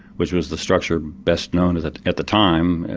which was the structure best known at at the time,